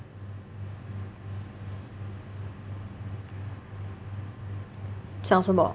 讲什么